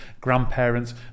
grandparents